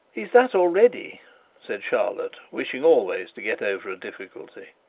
he's that already said charlotte, wishing always to get over a difficulty.